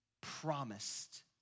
promised